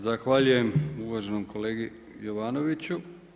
Zahvaljujem uvaženom kolegi Jovanoviću.